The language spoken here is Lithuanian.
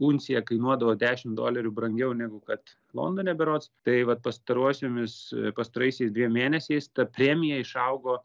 uncija kainuodavo dešim dolerių brangiau negu kad londone berods tai vat pastarosiomis pastaraisiais dviem mėnesiais ta premija išaugo